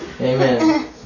Amen